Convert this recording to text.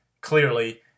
clearly